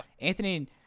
Anthony